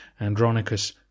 Andronicus